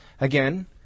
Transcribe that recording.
Again